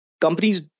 companies